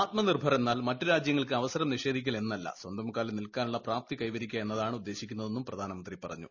ആത്മ നിർഭർ എന്നാൽ മറ്റു രാജൃങ്ങൾക്ക് അവസരം നിഷേധിക്കൽ എന്നല്ല സ്വന്തം കാലിൽ നിൽക്കാനുള്ള പ്രാപ്തി കൈവരിക്കുക എന്നതാണ് ഉദ്ദേശിക്കുന്നതെന്ന് പ്രധാനമന്ത്രി പറഞ്ഞു